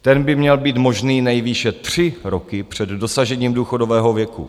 Ten by měl být možný nejvýše tři roky před dosažením důchodového věku.